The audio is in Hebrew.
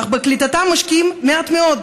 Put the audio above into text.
אך בקליטתם משקיעים מעט מאוד,